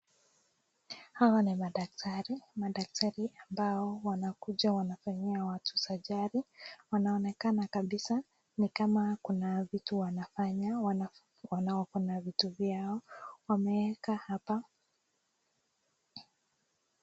Hawa ni madaktari, madaktari ambao wanakuja wanafanyia watu surgery ,wanaonekana kabisa ni kama kuna vitu wanafanya, wako na vitu vyao, wameweka hapa.